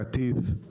קטיף,